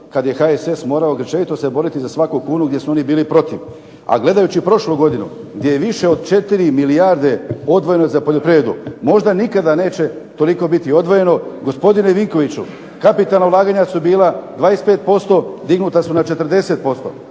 Kad je HSS morao se grčevito se boriti za svaku kunu gdje su oni bili protiv. A gledajući prošlu godinu gdje je više od 4 milijarde odvojeno za poljoprivredu možda nikada neće toliko biti odvojeno. Gospodine Vinkoviću kapitalna ulaganja su bila 25%, dignuta su na 40%.